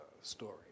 story